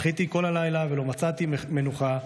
בכיתי כל הלילה, ולא מצאתי מנוחה.